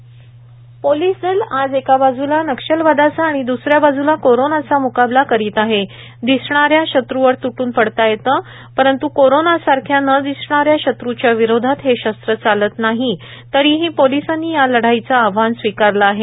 मुख्यमंत्री उदधव ठाकरे पोलीस दल आज एका बाजूला नक्षलवादाचा आणि द्दसऱ्या बाजूला कोरोनाचा मुकाबला करीत आहे दिसणाऱ्या शत्रूवर तुटून पडता येते पण कोरोना सारख्या न दिसणाऱ्या शत्रूच्या विरोधात हे शस्र चालत नाही तरीही पोलिसांनी या लढाईचे आव्हान स्वीकारले आहे